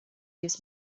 gives